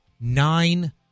nine